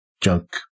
junk